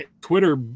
Twitter